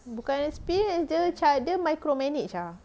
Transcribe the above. bukan experience dia macam dia micro manage ah